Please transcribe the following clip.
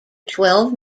twelve